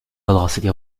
velocity